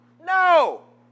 No